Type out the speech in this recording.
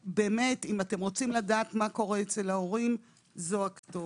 אם אתם רוצים לדעת מה קורה אצל ההורים, זו הכתובת.